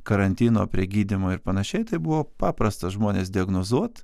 karantino prie gydymo ir panašiai tai buvo paprasta žmones diagnozuot